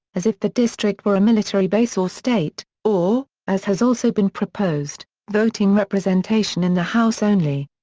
as if the district were a military base or state, or, as has also been proposed, voting representation in the house only.